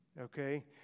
okay